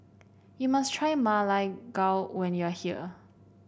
you must try Ma Lai Gao when you are here